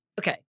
Okay